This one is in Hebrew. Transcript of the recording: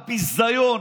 הביזיון.